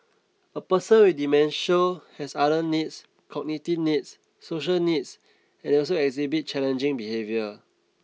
a person with dementia has other needs cognitive needs social needs and they also exhibit challenging behaviour